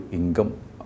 income